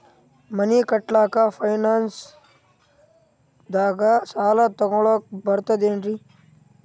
ಮನಿ ಕಟ್ಲಕ್ಕ ಫೈನಾನ್ಸ್ ದಾಗ ಸಾಲ ತೊಗೊಲಕ ಬರ್ತದೇನ್ರಿ?